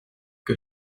que